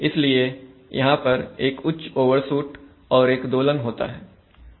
इसलिए यहां पर एक उच्च ओवरशूट और एक दोलन होता है